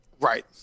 right